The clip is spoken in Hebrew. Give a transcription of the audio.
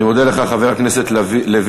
אני מודה לך, חבר הכנסת לוין.